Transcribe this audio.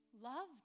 Love